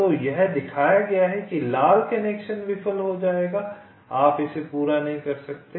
तो यह दिखाया गया लाल कनेक्शन विफल हो जाएगा आप इसे पूरा नहीं कर सकते